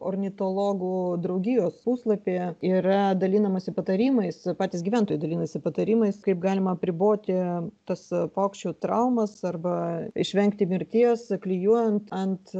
ornitologų draugijos puslapyje yra dalinamasi patarimais patys gyventojai dalinasi patarimais kaip galima apriboti tas paukščių traumas arba išvengti mirties klijuojant ant